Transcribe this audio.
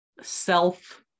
self